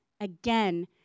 again